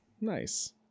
nice